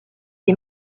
des